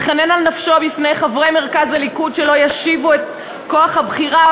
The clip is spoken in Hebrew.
מתחנן על נפשו בפני חברי מרכז הליכוד שלא ישיבו את כוח הבחירה,